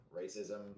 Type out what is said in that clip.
racism